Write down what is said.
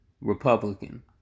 Republican